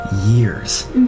years